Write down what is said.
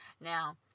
Now